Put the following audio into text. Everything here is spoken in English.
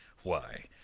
why,